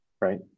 Right